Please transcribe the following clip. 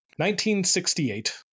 1968